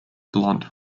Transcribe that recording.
blunt